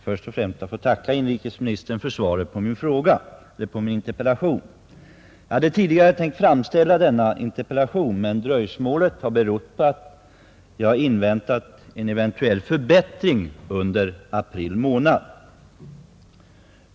Fru talman! Jag har tidigare tänkt att framställa denna interpellation, och dröjsmålet beror på att jag först avvaktat en eventuell förbättring under april månad.